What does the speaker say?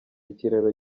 ikiraro